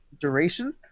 Duration